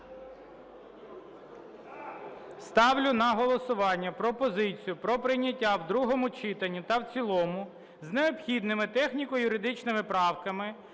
Ставлю на голосування пропозицію про прийняття в другому читанні та в цілому з необхідними техніко-юридичними правками